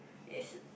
it's